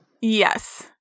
Yes